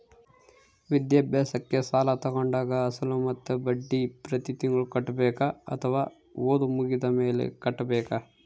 ವಿದ್ಯಾಭ್ಯಾಸಕ್ಕೆ ಸಾಲ ತೋಗೊಂಡಾಗ ಅಸಲು ಮತ್ತೆ ಬಡ್ಡಿ ಪ್ರತಿ ತಿಂಗಳು ಕಟ್ಟಬೇಕಾ ಅಥವಾ ಓದು ಮುಗಿದ ಮೇಲೆ ಕಟ್ಟಬೇಕಾ?